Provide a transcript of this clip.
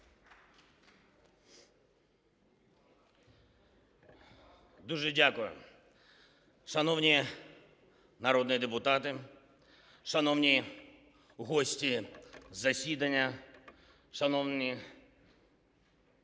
Дуже дякую. Шановні народні депутати, шановні гості засідання, шановні наші,